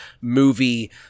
movie